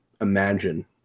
imagine